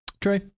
True